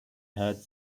heard